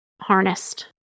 harnessed